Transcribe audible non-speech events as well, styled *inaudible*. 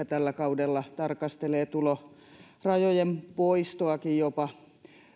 *unintelligible* tällä kaudella tarkastelee jopa tulorajojen poistoakin